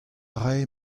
rae